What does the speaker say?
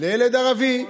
לילד ערבי,